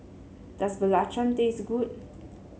does Belacan taste good